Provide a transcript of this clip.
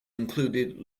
included